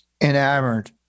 enamored